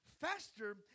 faster